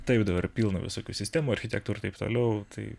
taip dabar pilna visokių sistemų architektų ir taip toliau tai